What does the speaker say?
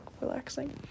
relaxing